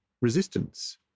resistance